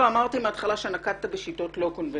ואמרתי מהתחלה שנקטת בשיטות לא קונבנציונליות,